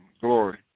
glory